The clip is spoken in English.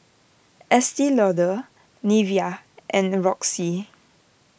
Estee Lauder Nivea and Roxy